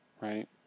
right